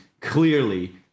clearly